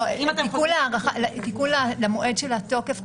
אם אתם --- תיקון למועד של התוקף,